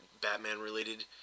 Batman-related